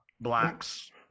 blacks